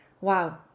Wow